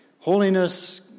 Holiness